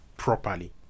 properly